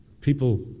People